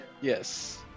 Yes